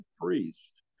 priest